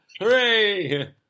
Hooray